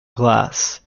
glass